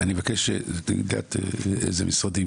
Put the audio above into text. אני מבקש --- אילו משרדים